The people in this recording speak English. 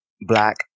black